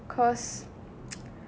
ya because